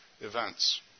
events